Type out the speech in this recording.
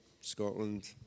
Scotland